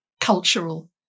cultural